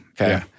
Okay